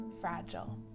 fragile